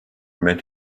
met